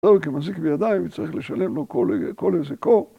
הרי ‫הוא כמזיק בידיים, ‫וצריך לשלם לו כל היזקו.